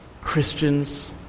Christians